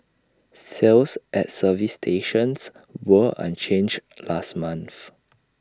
sales at service stations were unchanged last month